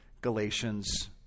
Galatians